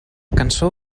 cançó